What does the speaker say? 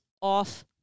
off